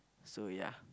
so ya